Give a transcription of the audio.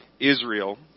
Israel